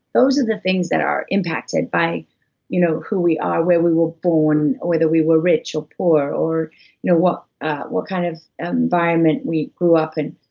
those are the things that are impacted by you know who we are, where we were born, whether we were rich or poor, or you know what what kind of environment we grew up in.